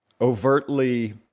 overtly